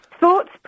thoughts